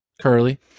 Curly